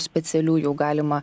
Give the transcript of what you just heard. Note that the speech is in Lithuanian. specialių jau galima